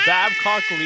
Babcock